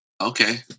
okay